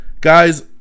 Guys